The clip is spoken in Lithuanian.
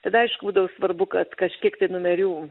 tada aišku būdavo svarbu kad kažkiek tai numerių